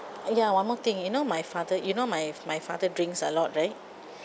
ya one more thing you know my father you know my my father drinks a lot right